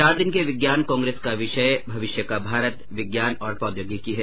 चार दिन के विज्ञान कांग्रेस का विषय भविष्य का भारत विज्ञान और प्रौद्योगिकी है